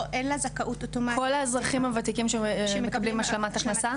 אין לה זכאות אוטומטית --- כל האזרחים הוותיקים שמקבלים השלמת הכנסה?